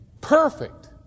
perfect